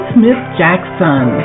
Smith-Jackson